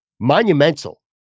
monumental